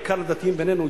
בעיקר לדתיים בינינו,